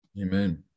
Amen